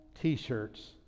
t-shirts